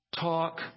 talk